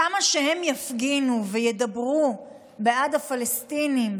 כמה שהם יפגינו וידברו בעד הפלסטינים,